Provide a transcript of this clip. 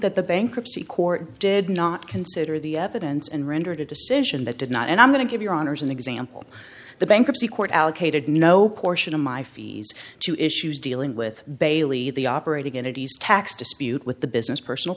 that the bankruptcy court did not consider the evidence and rendered a decision that did not and i'm going to give your honour's an example the bankruptcy court allocated no portion of my fees to issues dealing with bailey the operating in a d s tax dispute with the business personal